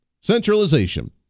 Centralization